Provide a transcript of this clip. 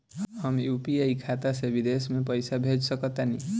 हम यू.पी.आई खाता से विदेश म पइसा भेज सक तानि?